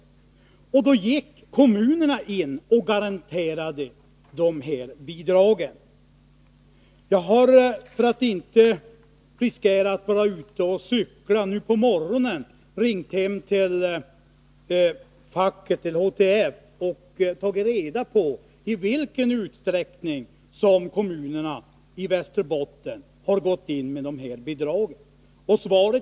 Kommunerna gick då in och garanterade bidrag. För att inte riskera att få höra att jag så att säga är ute och cyklar har jag i dag på morgonen ringt upp HTF för att försäkra mig om i vilken utsträckning kommunerna i Västerbotten har gått in med bidrag.